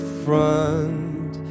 front